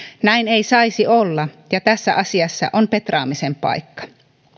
näin ei saisi olla ja tässä asiassa on petraamisen paikka